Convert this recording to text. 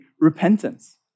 repentance